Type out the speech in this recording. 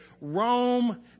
Rome